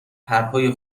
پرهای